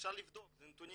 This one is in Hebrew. אפשר לבדוק, אלה נתונים